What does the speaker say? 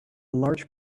large